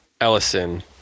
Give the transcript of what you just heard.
Ellison